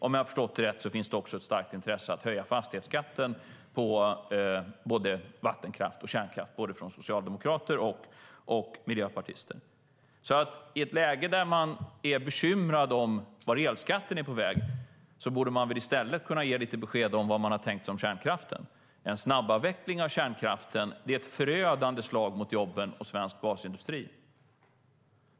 Om jag har förstått det rätt finns det också ett starkt intresse hos både socialdemokrater och miljöpartister att höja fastighetsskatten på både vattenkraft och kärnkraft. I ett läge där man är bekymrad över vart elskatten är på väg borde man väl i stället kunna ge besked om vad man har tänkt sig i fråga om kärnkraften. En snabbavveckling av kärnkraften är ett förödande slag mot jobben och mot svensk basindustri.